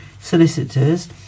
solicitors